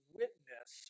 witness